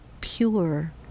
pure